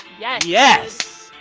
yeah yes.